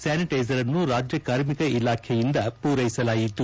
ಸ್ಯಾನಿಟೈಸರ್ನ್ನು ರಾಜ್ಯ ಕಾರ್ಮಿಕ ಇಲಾಖೆಯಿಂದ ಪೂರೈಸಲಾಯಿತು